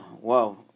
wow